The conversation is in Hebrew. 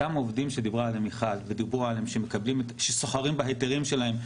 אותם עובדים שדיברה עליהם מיכל שסוחרים בהיתרים שלהם.